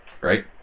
Right